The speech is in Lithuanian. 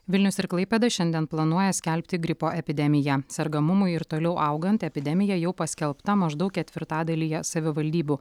vilnius ir klaipėda šiandien planuoja skelbti gripo epidemiją sergamumui ir toliau augant epidemija jau paskelbta maždaug ketvirtadalyje savivaldybių